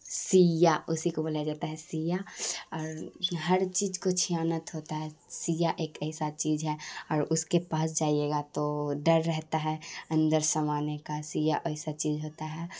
سیا اسی کو بولا جاتا ہے سیا اور ہر چیز کو چھیانت ہوتا ہے سیا ایک ایسا چیز ہے اور اس کے پاس جائیے گا تو ڈر رہتا ہے اندر سمانے کا سیا ایسا چیز ہوتا ہے